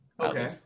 Okay